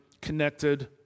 connected